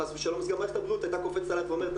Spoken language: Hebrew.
חס ושלום מערכת הבריאות הייתה קופצת עליך ואומרת,